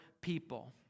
people